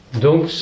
Donc